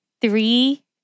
Three